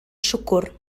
siwgr